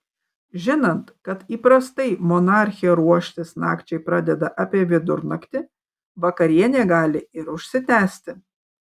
žinant kad įprastai monarchė ruoštis nakčiai pradeda apie vidurnaktį vakarienė gali ir užsitęsti